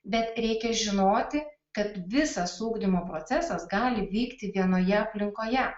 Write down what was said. bet reikia žinoti kad visas ugdymo procesas gali vykti vienoje aplinkoje